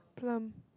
plump